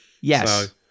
Yes